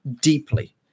deeply